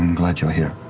and glad you're here.